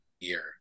year